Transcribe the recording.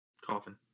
coffin